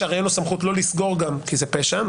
הרי אין לו סמכות לא לסגור גם כי זה פשע,